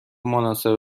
مناسب